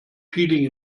peeling